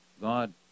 god